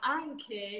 anche